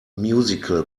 musical